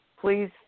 please